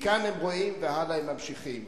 מכאן הם רואים והלאה הם ממשיכים.